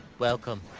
welcome,